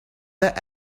that